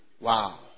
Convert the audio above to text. Wow